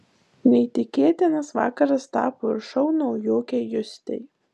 neįtikėtinas vakaras tapo ir šou naujokei justei